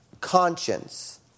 conscience